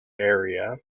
area